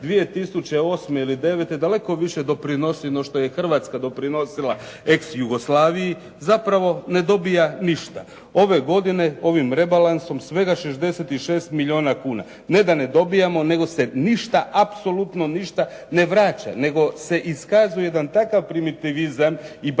2008. ili '09. daleko više doprinosi no što je Hrvatska doprinosila ex Jugoslaviji. Zapravo ne dobija ništa. Ove godine ovim rebalansom svega 66 milijuna kuna. Ne da ne dobijamo, nego se ništa, apsolutno ništa ne vraća, nego se iskazuje jedan takav primitivizam i barbarizam